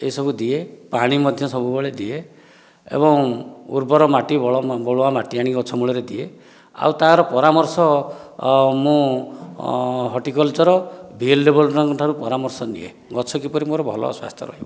ଏହିସବୁ ଦିଏ ପାଣି ମଧ୍ୟ ସବୁବେଳେ ଦିଏ ଏବଂ ଉର୍ବର ମାଟି ବଳୁଆ ମାଟି ଆଣି ଗଛ ମୂଳରେ ଦିଏ ଆଉ ତା ର ପରାମର୍ଶ ମୁଁ ହର୍ଟିକଲଚର ଭି ଏଲ ଡବ୍ଲୁ ଙ୍କ ଠାରୁ ପରାମର୍ଶ ନିଏ ଗଛ କିପରି ମୋର ଭଲ ସ୍ଵସ୍ଥ ରହିବ